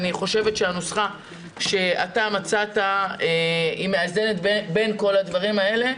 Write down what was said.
אני חושבת שהנוסחה שמצאת מאזנת בין כל הדברים האלה.